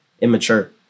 immature